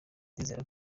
ndizera